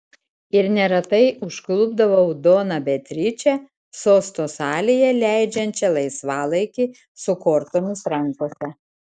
ir neretai užklupdavau doną beatričę sosto salėje leidžiančią laisvalaikį su kortomis rankose